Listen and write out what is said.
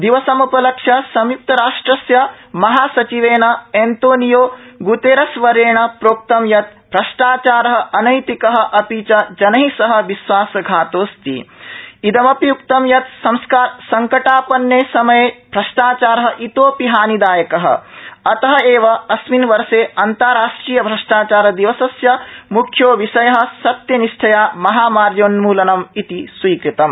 दिवसम्पलक्ष्य संयुक्तराष्ट्रस्य महासचिवेन Antonio Guterres वर्थेण प्रोक्तं यत् भ्रष्टाचार अनैतिक अपि च जनै सह विश्वासघातोऽस्ति इदमपि उक्तं यत् संकारापन्ने समये भ्रष्टाचारः इतोऽपि हानिदायकः अतः एव अस्मिन् वर्षे अन्ताराष्ट्रिय श्रष्टाचार दिवसस्य मुख्यो विषय सत्यनिष्ठया महामार्योन्मूलनम् इति स्वीकृतम्